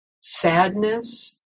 sadness